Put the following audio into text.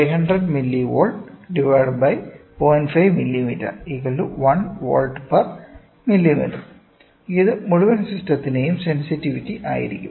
5 mm 1Vmm ഇത് മുഴുവൻ സിസ്റ്റത്തിന്റെയും സെൻസിറ്റിവിറ്റി ആയിരിക്കും